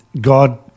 God